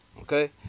Okay